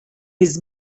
his